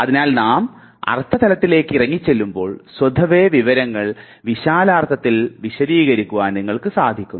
അതിനാൽ നാം അർത്ഥ തലത്തിലേക്ക് ഇറങ്ങിചെല്ലുമ്പോൾ സ്വധവേ വിവരങ്ങൾ വിശാലാർത്ഥത്തിൽ വിശദീകരിക്കുവാൻ നിങ്ങൾക്ക് സാധിക്കുന്നു